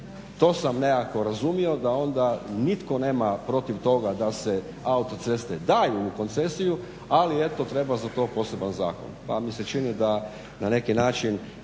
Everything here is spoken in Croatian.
To sam nekako razumio, da onda nitko nema protiv toga da se autoceste daju u koncesiju. Ali eto treba za to poseban zakon pa mi se čini da na neki način